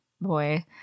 boy